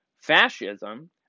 fascism